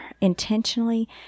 intentionally